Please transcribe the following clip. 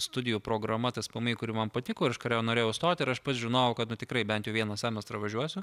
studijų programa tspmi kuri man patiko ir aš kurią norėjau įstoti ir aš pats žinojau kad nu tikrai bent jau vieną semestrą važiuosiu